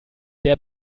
der